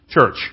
church